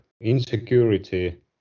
insecurity